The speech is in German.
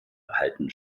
erhaltene